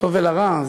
לטוב ולרע,